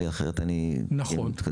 כי אחרת הם לא מתקיימים.